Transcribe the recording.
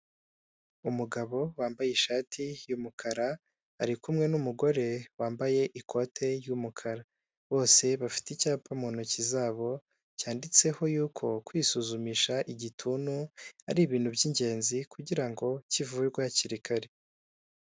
Umugabo wambaye ishati y'umukara arikumwe n'umugore wambaye ikote y'umukara bose bafite icyapa mu ntoki zabo cyanditseho y'uko kwisuzumisha igituntu ari ibintu byingenzi kugira ngo kivurwe hakiri kare.